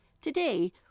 Today